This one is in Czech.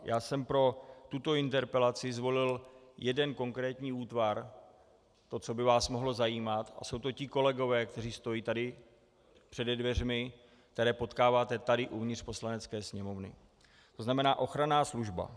Já jsem pro tuto interpelaci zvolil jeden konkrétní útvar, to, co by vás mohlo zajímat, a jsou to ti kolegové, kteří stojí tady přede dveřmi, které potkáváte tady uvnitř Poslanecké sněmovny, to znamená ochranná služba.